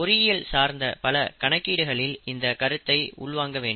பொறியியல் சார்ந்த பல கணக்கீடுகளில் இந்த கருத்தை உள்வாங்க வேண்டும்